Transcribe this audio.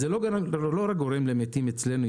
זה לא רק גורם למתים אצלנו,